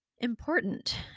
Important